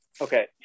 Okay